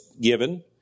given